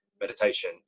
meditation